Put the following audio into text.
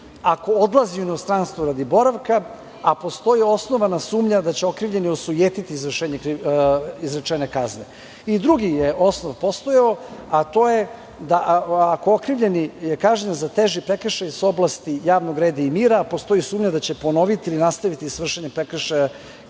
ako odlazi u inostranstvo radi boravka, a postoji osnovana sumnja da će okrivljeni osujetiti izvršenje izrečene kazne. I drugi je osnov postojao, a to je ako okrivljeni je kažnjen za teži prekršaj iz oblasti javnog reda i mira, postoji sumnja da će ponoviti ili nastaviti s vršenjem prekršaja ili